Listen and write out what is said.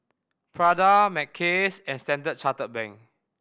Prada Mackays and Standard Chartered Bank